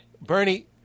Bernie